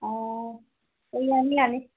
ꯑꯣ ꯑꯣ ꯌꯥꯅꯤ ꯌꯥꯅꯤ